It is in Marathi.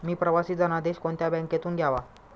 मी प्रवासी धनादेश कोणत्या बँकेतून घ्यावा?